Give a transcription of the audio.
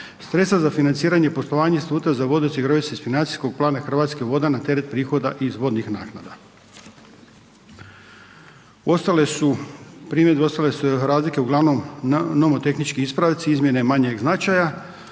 Sredstva za financiranje i poslovanje instituta za vodu osiguravaju se iz financijskog plana Hrvatskih voda na teret prihoda iz vodnih naknada. Ostale su, primjedbe, ostale su razlike uglavnom nomotehnički ispravci, izmjene manjeg značaja.